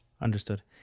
Understood